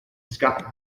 scotland